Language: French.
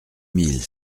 mille